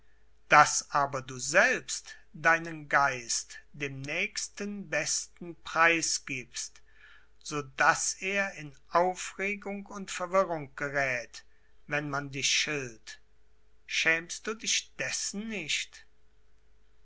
daß aber du selbst deinen geist dem nächsten besten preisgibst so daß er in aufregung und verwirrung geräth wenn man dich schilt schämst du dich dessen nicht